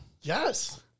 Yes